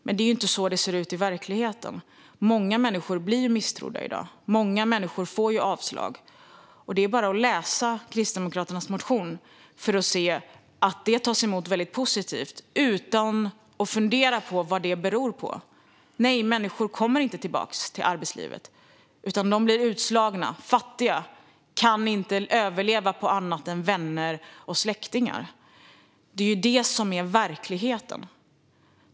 Men så ser det inte ut i verkligheten. Många människor blir misstrodda och får avslag, och läser man er motion ser man att det tas emot väldigt positivt utan att ni funderar på vad detta beror på. Nej, människor kommer inte tillbaka till arbetslivet, utan de blir utslagna och fattiga och kan inte överleva på annat än vänner och släktingar. Det är verkligheten.